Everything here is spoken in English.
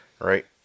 Right